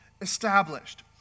established